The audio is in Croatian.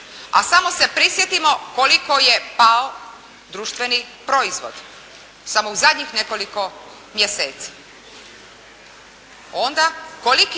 A samo se prisjetimo koliko je pao društveni proizvod. Samo u zadnjih nekoliko mjeseci.